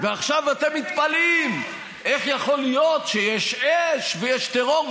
ועכשיו אתם מתפלאים איך יכול להיות שיש אש ויש טרור,